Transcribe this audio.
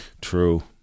True